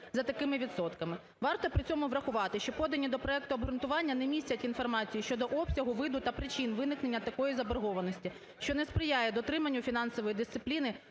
за такими відсотками. Варто при цьому врахувати, що подані до проекту обґрунтування не містять інформації щодо обсягу, виду та причин виникнення такої заборгованості, що не сприяє дотриманню фінансової дисципліни